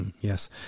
yes